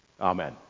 Amen